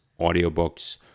audiobooks